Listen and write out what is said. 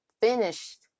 finished